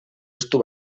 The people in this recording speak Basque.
estu